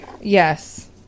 Yes